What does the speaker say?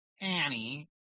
Annie